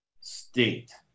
State